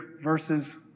verses